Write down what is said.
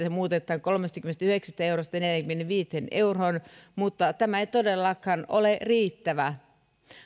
se muutetaan kolmestakymmenestäyhdeksästä eurosta neljäänkymmeneenviiteen euroon mutta tämä ei todellakaan ole riittävä